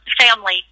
family